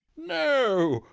no.